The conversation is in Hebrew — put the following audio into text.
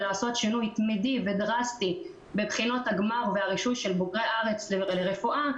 ולעשות שינוי תמידי ודרסטי בבחינות הגמר והרישוי של בוגרי הארץ לרפואה,